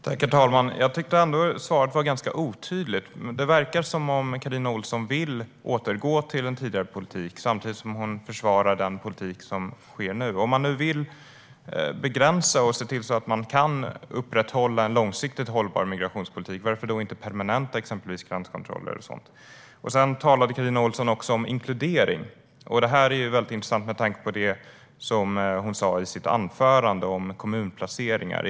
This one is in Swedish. Herr talman! Jag tyckte att svaret var ganska otydligt. Det verkar som att Carina Ohlsson vill återgå till en tidigare politik samtidigt som hon försvarar den politik som man för nu. Varför inte permanenta exempelvis gränskontrollerna om man nu vill begränsa flödet av asylsökande och se till att upprätthålla en långsiktigt hållbar migrationspolitik? Carina Ohlsson talade om inkludering. Det här är intressant med tanke på det hon sa i sitt anförande om kommunplaceringar.